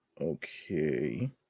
Okay